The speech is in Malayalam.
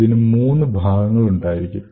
ഇതിനു മൂന്നു ഭാഗങ്ങൾ ഉണ്ടായിരിക്കും